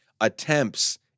attempts